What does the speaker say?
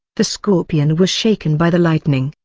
the scorpion was shaken by the lightning,